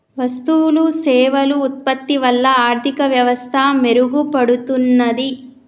వస్తువులు సేవలు ఉత్పత్తి వల్ల ఆర్థిక వ్యవస్థ మెరుగుపడుతున్నాది